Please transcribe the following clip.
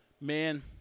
Man